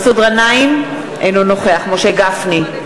אינו נוכח משה גפני,